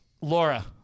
Laura